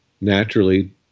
naturally